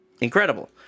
Incredible